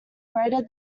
greater